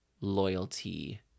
loyalty